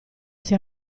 sia